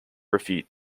refute